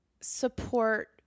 support